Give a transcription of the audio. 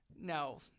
no